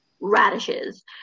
radishes